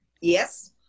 yes